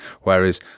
Whereas